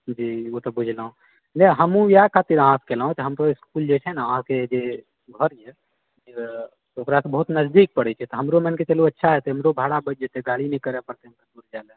जी ओ तऽ बुझलहुँ नहि हमहुँ इएह खातिर अहाँकेँ केलहुँ जे हमरो इसकुल जे छै ने अहाँकेँ जे घर यऽ ओकरासंँ बहुत नजदीक पड़ैए छै तऽ हमरो मानिके चलूँ अच्छा हेतइ हमरो भाड़ा बचि जेतइ गाड़ी नहि करए परतए इसकुल जाए लए